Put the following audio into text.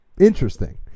interesting